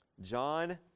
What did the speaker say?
John